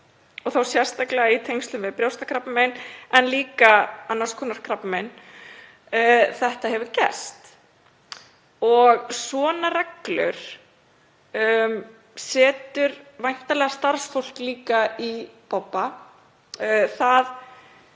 og þá sérstaklega í tengslum við brjóstakrabbamein, en líka annars konar krabbamein, þetta hefur gerst. Svona reglur setja væntanlega starfsfólk líka í bobba.